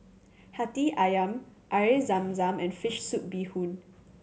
Hati Ayam Air Zam Zam and fish soup bee hoon